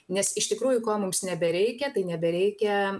nes iš tikrųjų ko mums nebereikia tai nebereikia